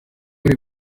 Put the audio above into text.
hari